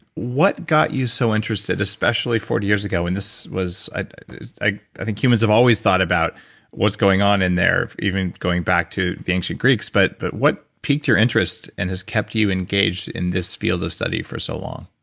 what got you so interested, especially forty years ago when this was, i i think humans have always thought about what's going on in there, even going back to the ancient greeks but but what peaked your interest and has kept you engaged in this field of study for so long?